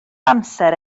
amser